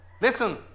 Listen